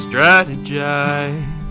Strategize